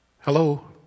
Hello